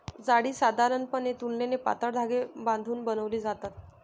जाळी साधारणपणे तुलनेने पातळ धागे बांधून बनवली जातात